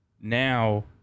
Now